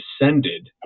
descended